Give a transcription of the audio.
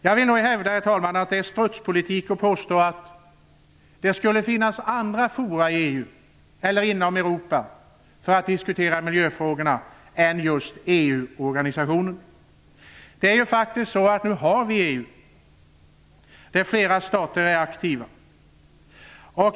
Jag vill hävda, herr talman, att det är strutspolitik att påstå att det skulle finnas andra fora i Europa för att diskutera miljöfrågorna än just EU-organisationen. Nu har vi EU, där flera stater är aktiva.